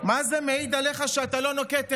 מה זה מעיד עליך שאתה לא נוקט עמדה?